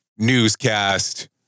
Newscast